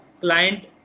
client